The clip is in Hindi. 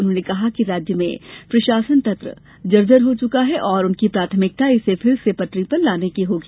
उन्होंने कहा कि राज्य में प्रशासन तंत्र जर्जर हो चुका है और उनकी प्राथमिकता इसे फिर से पटरी पर लाने की होगी